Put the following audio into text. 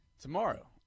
Tomorrow